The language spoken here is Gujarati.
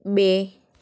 બે